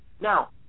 Now